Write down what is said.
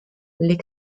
les